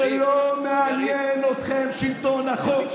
שלא מעניין אתכם שלטון החוק,